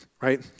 right